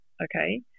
okay